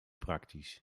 praktisch